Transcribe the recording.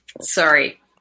sorry